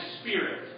spirit